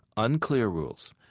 unclear rules,